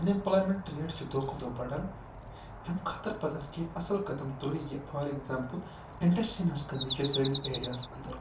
اَن employment rate چھِ دۄہ کھۄتہٕ دۄہ بَڈن امہِ خٲطرٕ پَزَن کیٚنٛہہ اَصٕل قدم تُلٕنۍ یہِ فار ایٚگزامپُل اِنڈَسٹرین ہٕنٛز کٔمی چھےٚ سٲنِس ایریاہَس اَنٛدَر